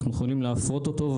אנחנו יכולים להפרות אותו,